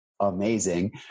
amazing